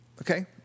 okay